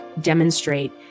demonstrate